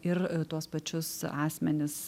ir tuos pačius asmenis